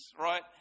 right